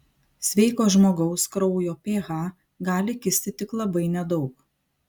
sveiko žmogaus kraujo ph gali kisti tik labai nedaug